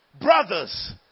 brothers